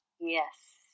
Yes